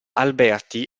alberti